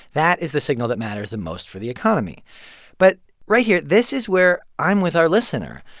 that is the signal that matters the most for the economy but right here this is where i'm with our listener.